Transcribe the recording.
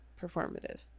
performative